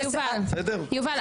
יובל,